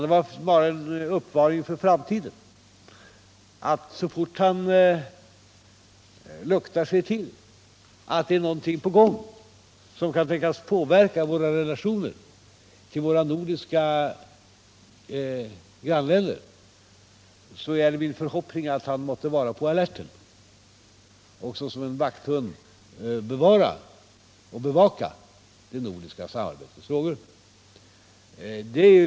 Det var bara en uppmaning för framtiden. Så fort han luktar sig till att det är någonting på gång som kan tänkas påverka våra relationer till våra nordiska grannländer, så är det min förhoppning att han måtte vara på alerten och såsom en vakthund bevara och bevaka det nordiska samarbetets frågor.